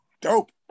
Dope